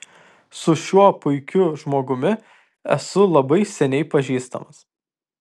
su šiuo puikiu žmogumi esu labai seniai pažįstamas